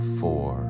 four